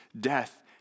death